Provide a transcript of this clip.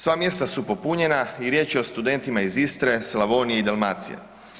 Sva mjesta su popunjena i riječ je o studentima iz Istre, Slavonije i Dalmacije.